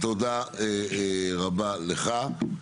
תודה רבה לך.